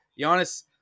Giannis